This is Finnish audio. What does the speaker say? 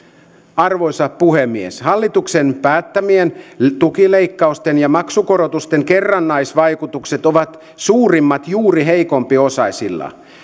arvoisa puhemies hallituksen päättämien tukileikkausten ja maksukorotusten kerrannaisvaikutukset ovat suurimmat juuri heikompiosaisilla